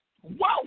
Whoa